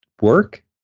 work